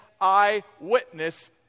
eyewitness